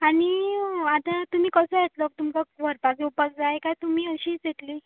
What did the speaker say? आनी आतां तुमी कोसो येतलो तुमकां व्हरपाक येवपाक जाय काय तुमी अशीच येतली